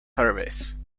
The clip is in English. service